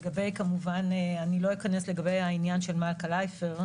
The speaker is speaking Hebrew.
לא אכנס לעניין של מלכה לייפר,